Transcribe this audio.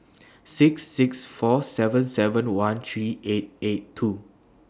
six six four seven seven one three eight eight two